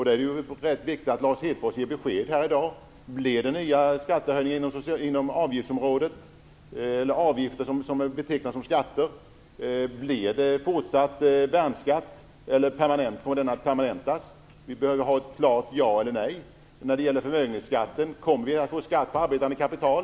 Det är rätt viktigt att Lars Hedfors i dag ger besked i frågan om det skall bli nya avgifter som betecknas som skatter och i frågan om värnskatten skall permanentas. Vi behöver få ett klart ja eller ett klart nej. Och vad gäller förmögenhetsskatten: Kommer vi att få en skatt på arbetande kapital?